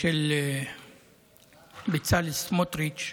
של בצלאל סמוטריץ',